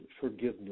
forgiveness